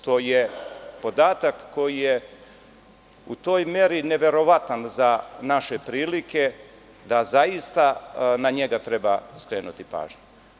To je podatak koji je u toj meri neverovatan za naše prilike da zaista na njega treba skrenuti pažnju.